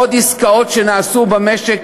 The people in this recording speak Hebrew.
עוד עסקאות שנעשו במשק,